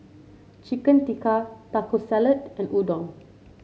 Chicken Tikka Taco Salad and Udon